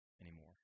anymore